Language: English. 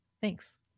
thanks